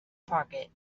pocket